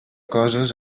coses